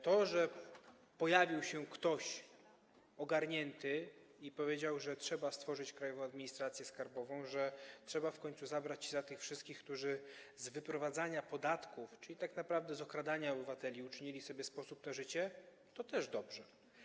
To, że pojawił się ktoś ogarnięty i powiedział, że trzeba stworzyć Krajową Administrację Skarbową, że trzeba w końcu zabrać się za tych wszystkich, którzy z wyprowadzania podatków, czyli tak naprawdę z okradania obywateli, uczynili sobie sposób na życie, to też dobrze.